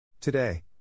Today